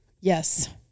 Yes